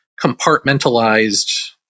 compartmentalized